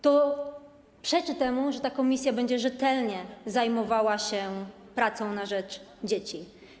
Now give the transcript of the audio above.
To przeczy temu, że ta komisja będzie rzetelnie zajmowała się pracą na rzecz dzieci.